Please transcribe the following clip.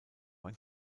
ein